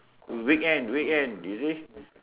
weekend weekend you see